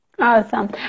Awesome